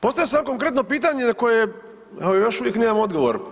Postavio sam jedno konkretno pitanje na koje evo još uvijek nemam odgovor.